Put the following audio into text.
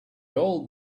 old